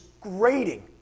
grating